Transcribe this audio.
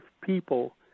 people